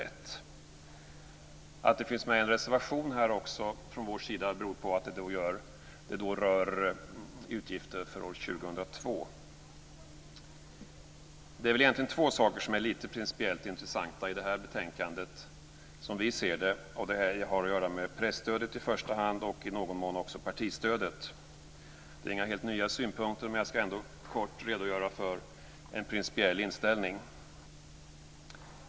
Att det också finns med en reservation från vår sida beror på att det rör utgifter för år 2002. Det är egentligen två saker som är lite principiellt intressanta i det här betänkandet, som vi ser det, och det är presstödet i första hand och i någon mån också partistödet. Det är inga helt nya synpunkter, men jag ska ändå kort redogöra för en principiell inställning.